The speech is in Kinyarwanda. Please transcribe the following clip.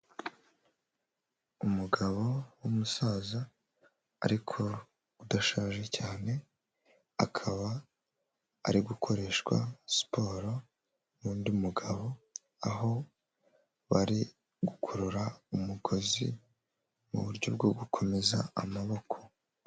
Umugabo w'umusaza, ariko udashaje cyane, akaba ari gukoreshwa siporo n'undi mugabo, aho bari gukurura umugozi, mu buryo bwo gukomeza amaboko.